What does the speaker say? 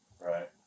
Right